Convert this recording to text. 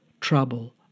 trouble